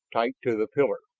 tight to the pillar.